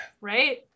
right